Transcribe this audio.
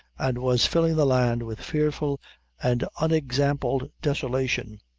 and was filling the land with fearful and unexampled desolation.